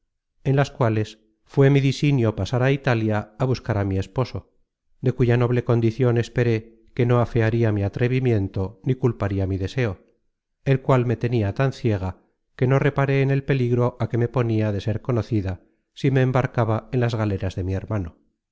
en las cuales fué mi disinio pasar á italia á buscar á mi esposo de cuya noble condicion esperé que no afearia mi atrevimiento ni culparia mi deseo el cual me tenia tan ciega que no reparé en el peligro á que me ponia de ser conocida si me embarcaba en las galeras de mi hermano